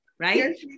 Right